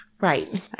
Right